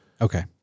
Okay